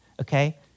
okay